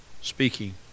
speaking